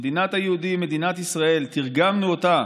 במדינת היהודים, מדינת ישראל, תרגמנו אותה